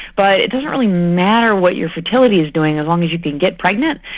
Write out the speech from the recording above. but it doesn't really matter what your fertility is doing, as long as you can get pregnant,